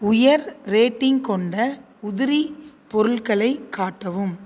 உயர் ரேட்டிங் கொண்ட உதிரி பொருட்களை காட்டவும்